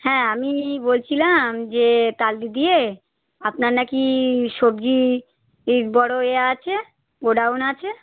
হ্যাঁ আমি বলছিলাম যে তালদি দিয়ে আপনার নাকি সবজি বড় এ আছে গোডাউন আছে